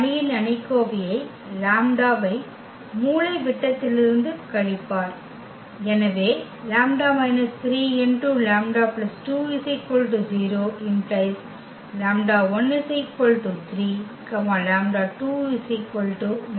இந்த அணியின் அணிக்கோவையை லம்ப்டாவை மூலைவிட்டத்திலிருந்து கழிப்பார் எனவே ⟹ λ − 3λ 2 0 ⟹ λ1 3 λ2 −2